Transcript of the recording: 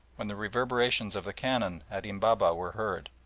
when the reverberations of the cannon at embabeh were heard,